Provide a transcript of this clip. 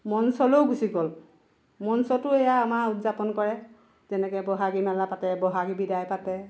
মঞ্চলৈও গুচি গ'ল মঞ্চতো এয়া আমাৰ উদযাপন কৰে তেনেকে বহাগী মেলা পাতে বহাগী বিদায় পাতে